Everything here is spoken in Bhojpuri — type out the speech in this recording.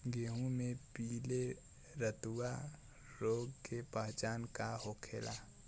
गेहूँ में पिले रतुआ रोग के पहचान का होखेला?